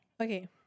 okay